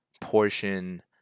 portion